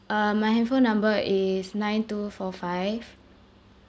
uh my handphone number is nine two four five